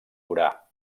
orà